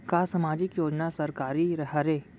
का सामाजिक योजना सरकारी हरे?